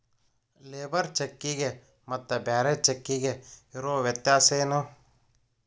Labour ಚೆಕ್ಕಿಗೆ ಮತ್ತ್ ಬ್ಯಾರೆ ಚೆಕ್ಕಿಗೆ ಇರೊ ವ್ಯತ್ಯಾಸೇನು?